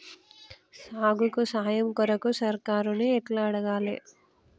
సాగుకు సాయం కొరకు సర్కారుని ఎట్ల అడగాలే?